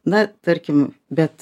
na tarkim bet